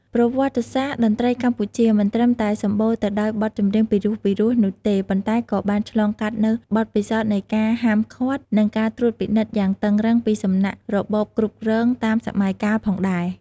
ប្រវត្តិសាស្ត្រតន្ត្រីកម្ពុជាមិនត្រឹមតែសម្បូរទៅដោយបទចម្រៀងពីរោះៗនោះទេ ប៉ុន្តែក៏បានឆ្លងកាត់នូវបទពិសោធន៍នៃការហាមឃាត់ និងការត្រួតពិនិត្យយ៉ាងតឹងរ៉ឹងពីសំណាក់របបគ្រប់គ្រងតាមសម័យកាលផងដែរ។